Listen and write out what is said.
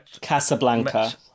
Casablanca